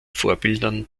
vorbildern